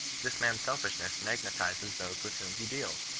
this man's selfishness magnetizes those with whom he deals.